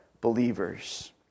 believers